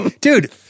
Dude